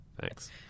thanks